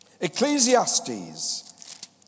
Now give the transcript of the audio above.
Ecclesiastes